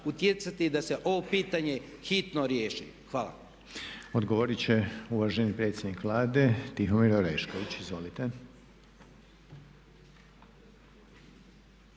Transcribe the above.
utjecati da se ovo pitanje hitno riješi. Hvala. **Reiner, Željko (HDZ)** Odgovoriti će uvaženi predsjednik Vlade, Tihomir Orešković. Izvolite.